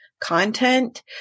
content